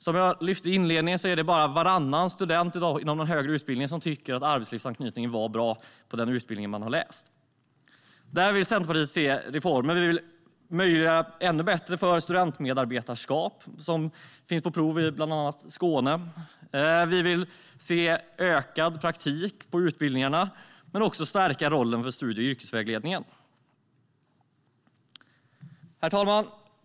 Som jag lyfte fram i inledningen är det i dag bara varannan student inom den högre utbildningen som tycker att arbetslivsanknytningen var bra på den utbildning som man har läst. Där vill Centerpartiet se reformer. Vi vill skapa ännu bättre möjligheter för studentmedarbetarskap, som finns på prov i bland annat Skåne. Vi vill se ökad praktik på utbildningarna, men också stärka rollen för studie och yrkesvägledningen. Herr talman!